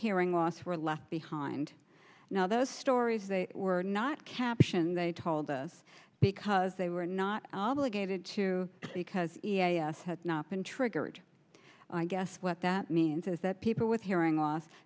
hearing loss were left behind now those stories they were not captioned they told us because they were not obligated to because had not been triggered i guess what that means is that people with hearing loss